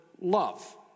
love